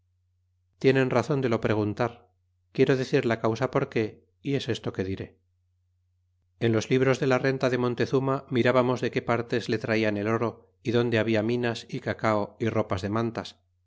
tienen razon de lo preguntar quiero decir la causa porque y es esto que diré en los libros de la renta de montezuma mirábamos de qué partes le traian el oro y donde habia minas y cacao y ropa de mantas